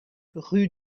rue